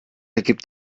ergibt